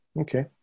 Okay